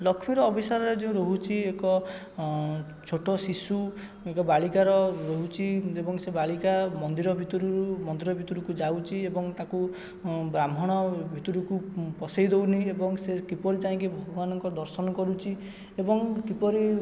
ଲକ୍ଷ୍ମୀର ଅଭିସାରରେ ଯେଉଁ ରହୁଛି ଏକ ଛୋଟ ଶିଶୁ ଏକ ବାଳିକାର ରହୁଛି ଏବଂ ସେ ବାଳିକା ମନ୍ଦିର ଭିତରୁ ମନ୍ଦିର ଭିତରକୁ ଯାଉଛି ଏବଂ ତାକୁ ବ୍ରାହ୍ମଣ ଭିତରକୁ ପସାଇ ଦେଉନି ଏବଂ ସେ କିପରି ଯାଇକି ଭଗବାନଙ୍କ ଦର୍ଶନ କରୁଛି ଏବଂ କିପରି